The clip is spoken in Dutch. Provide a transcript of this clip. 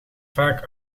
vaak